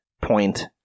point